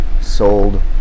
sold